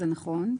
זה נכון,